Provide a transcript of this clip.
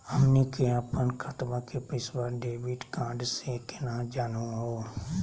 हमनी के अपन खतवा के पैसवा डेबिट कार्ड से केना जानहु हो?